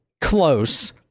Close